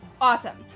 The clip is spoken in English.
Awesome